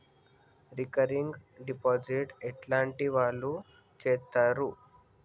Recurring deposit ఎట్లాంటి వాళ్లు చేత్తరు?